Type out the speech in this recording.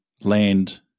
land